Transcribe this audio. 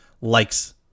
likes